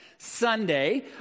Sunday